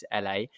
LA